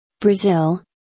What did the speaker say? Brazil